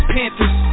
Panthers